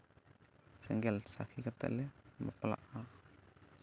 ᱥᱮᱸᱜᱮᱞ ᱥᱟᱹᱠᱷᱤ ᱠᱟᱛᱮᱫ ᱞᱮ ᱵᱟᱯᱞᱜᱼᱟ